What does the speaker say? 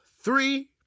three